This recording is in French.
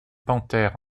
panthère